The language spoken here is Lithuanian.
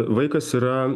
vaikas yra